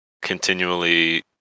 continually